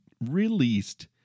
released